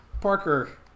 Parker